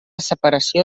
separació